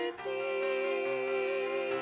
see